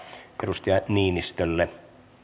edustaja niinistölle